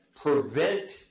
prevent